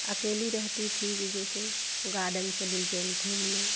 अकेली रहती थी जैसे गार्डन चली गई घूमने